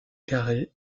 carré